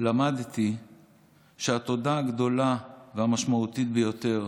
למדתי שהתודה הגדולה והמשמעותית ביותר